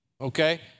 okay